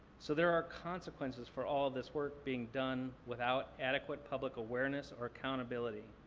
so there are consequences for all this work being done without adequate public awareness or accountability.